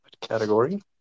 Category